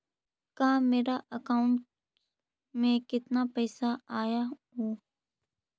कल मेरा अकाउंटस में कितना पैसा आया ऊ?